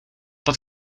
dat